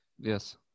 Yes